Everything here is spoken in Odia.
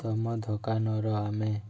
ତୁମ ଦୋକାନର ଆମେ